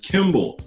Kimball